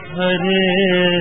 Hare